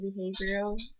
behavioral